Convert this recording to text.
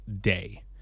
day